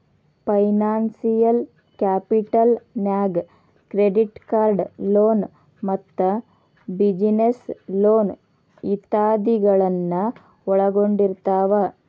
financial capital ನ್ಯಾಗ್ credit card loan ಮತ್ತ business loan ಇತಾದಿಗಳನ್ನ ಒಳ್ಗೊಂಡಿರ್ತಾವ